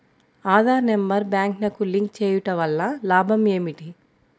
Aadhaar number బ్యాంక్నకు link చేయుటవల్ల లాభం ఏమిటి?